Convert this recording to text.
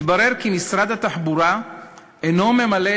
אך מתברר כי משרד התחבורה אינו ממלא